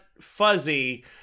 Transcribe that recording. fuzzy